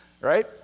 right